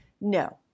No